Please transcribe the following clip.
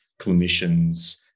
clinicians